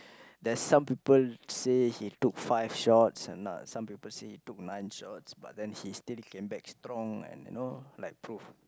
there's some people say he took five shots and uh some people say he took nine shots but then he still came back strong and you know like prove